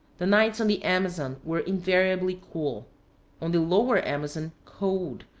the nights on the amazon were invariably cool on the lower amazon, cold,